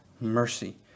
mercy